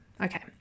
Okay